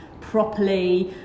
properly